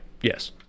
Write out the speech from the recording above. yes